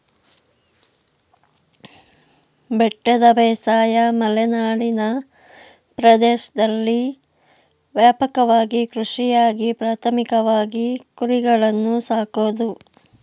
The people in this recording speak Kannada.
ಬೆಟ್ಟದ ಬೇಸಾಯ ಮಲೆನಾಡಿನ ಪ್ರದೇಶ್ದಲ್ಲಿ ವ್ಯಾಪಕವಾದ ಕೃಷಿಯಾಗಿದೆ ಪ್ರಾಥಮಿಕವಾಗಿ ಕುರಿಗಳನ್ನು ಸಾಕೋದು